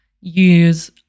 use